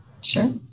Sure